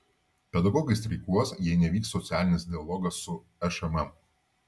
pedagogai streikuos jei nevyks socialinis dialogas su šmm